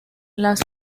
las